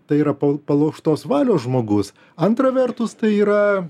tai yra palaužtos valios žmogus antra vertus tai yra